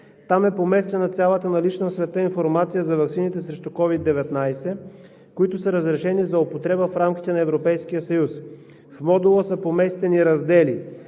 Там е поместена цялата налична в света информация за ваксините срещу COVID-19, които са разрешени за употреба в рамките на Европейския съюз. В модула са поместени раздели